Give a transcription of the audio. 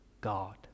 God